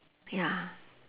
ya